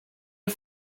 you